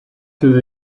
through